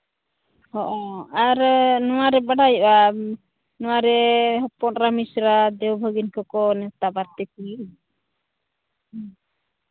ᱦᱚᱸ ᱟᱨ ᱱᱚᱣᱟᱨᱮ ᱵᱟᱰᱟᱭᱚᱜᱼᱟ ᱱᱚᱣᱟ ᱨᱮ ᱦᱚᱯᱚᱱ ᱮᱨᱟ ᱢᱤᱥᱨᱟᱛ ᱫᱮᱣᱼᱵᱷᱟᱹᱜᱤᱱ ᱠᱚᱠᱚ ᱱᱮᱶᱛᱟ ᱵᱟᱨᱛᱮ ᱠᱚᱣᱟ ᱦᱮᱸ